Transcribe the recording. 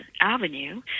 avenue